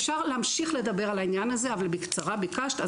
אפשר להמשיך לדבר על העניין הזה אבל בקצרה ביקשת,